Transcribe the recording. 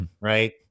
right